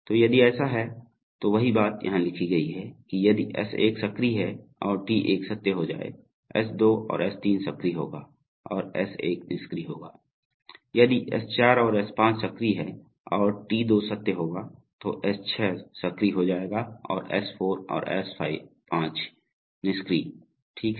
तो यदि ऐसा है तो वही बात यहाँ लिखी गई है यदि S1 सक्रिय है और T1 सत्य हो जाये S2 और S3 सक्रिय होगा और S1 निष्क्रिय होगा यदि S4 और S5 सक्रिय हैं और T2 सत्य होगा तो S6 सक्रिय हो जायेगा और S4 और S5 निष्क्रिय ठीक है